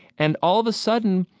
and all of a sudden,